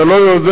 אתה לא יודע,